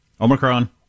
Omicron